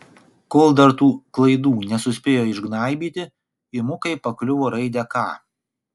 kol dar tų klaidų nesuspėjo išgnaibyti imu kaip pakliuvo raidę k